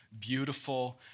beautiful